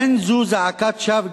אין זו זעקת שווא,